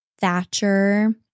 Thatcher